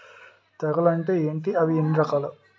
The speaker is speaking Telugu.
తెగులు అంటే ఏంటి అవి ఎన్ని రకాలు?